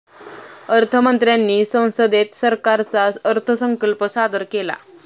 अर्थ मंत्र्यांनी संसदेत सरकारचा अर्थसंकल्प सादर केला